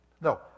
No